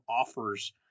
offers